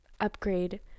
upgrade